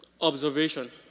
Observation